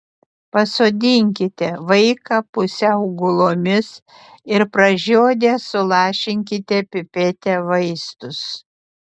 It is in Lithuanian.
pasodinkite vaiką pusiau gulomis ir pražiodę sulašinkite pipete vaistus